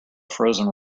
frozen